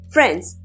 Friends